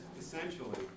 essentially